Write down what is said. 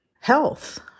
health